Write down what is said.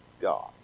God